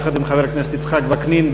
יחד עם חבר הכנסת יצחק וקנין,